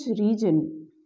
region